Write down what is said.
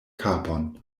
kapon